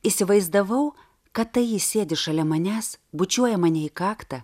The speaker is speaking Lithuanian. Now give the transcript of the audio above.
įsivaizdavau kad tai ji sėdi šalia manęs bučiuoja mane į kaktą